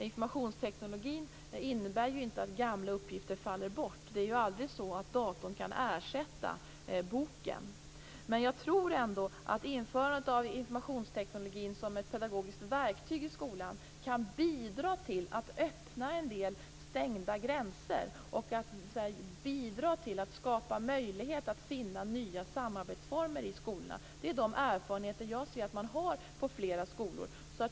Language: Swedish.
Informationstekniken innebär inte att gamla uppgifter faller bort. Datorn kan aldrig ersätta boken. Men jag tror ändå att införandet av informationstekniken som ett pedagogiskt verktyg i skolan kan bidra till att öppna en del stängda gränser, och bidra till att skapa möjlighet att finna nya samarbetsformer i skolorna. Det är de erfarenheter jag kan se att man har på flera skolor.